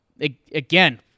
Again